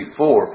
four